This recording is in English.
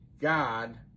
God